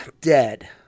dead